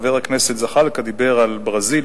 חבר הכנסת זחאלקה דיבר על ברזיל,